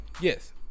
Yes